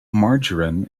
margarine